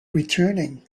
returning